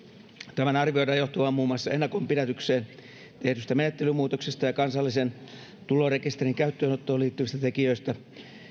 tämän arvioidaan johtuvan muun muassa ennakonpidätykseen tehdyistä menettelymuutoksista ja kansallisen tulorekisterin käyttöönottoon liittyvistä tekijöistä